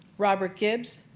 robert gibbs,